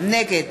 נגד